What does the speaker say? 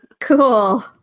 Cool